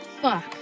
Fuck